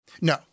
No